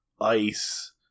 ice